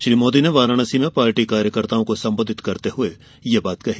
श्री मोदी ने वाराणसी में पार्टी कार्यकर्ताओं को संबोधित करते हुए ये बात कही